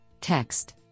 text